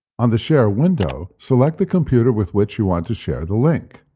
on the share window, select the computer with which you want to share the link.